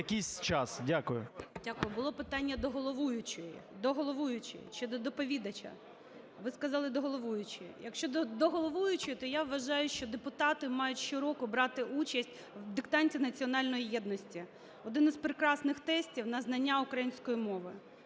Було питання до головуючої, до головуючої чи до доповідача? Ви сказали - до головуючої. Якщо до головуючої, то я вважаю, що депутати мають щороку брати участь в диктанті національної єдності. Один із прекрасних тестів на знання української мови,